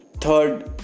Third